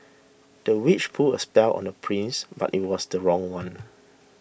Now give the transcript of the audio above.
the witch put a spell on the prince but it was the wrong one